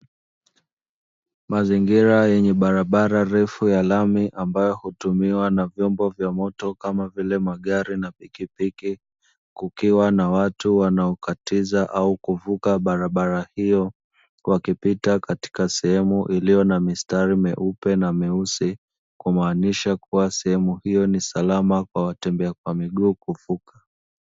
Mazingira yenye barabara refu ya lami ambayo hutumiwa na vyombo vya moto kama vile magari na pikipiki, kukiwa na watu wanaokatiza au kuvuka barabara hiyo wakipita katika sehemu iliyo na mistari myeupe na myeusi, kumaanisha kuwa sehemu hiyo ni salama kwa watembea kwa miguu kuvuka.